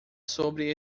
sobre